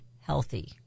healthy